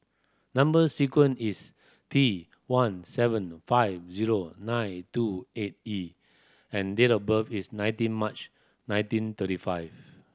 number sequence is T one seven five zero nine two eight E and date of birth is nineteen March nineteen thirty five